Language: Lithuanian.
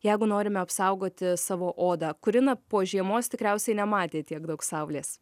jeigu norime apsaugoti savo odą kuri po žiemos tikriausiai nematė tiek daug saulės